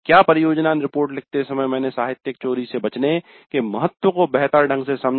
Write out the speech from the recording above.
क्या परियोजना रिपोर्ट लिखते समय मैंने साहित्यिक चोरी से बचने के महत्व को बेहतर ढंग से समझा